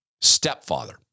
stepfather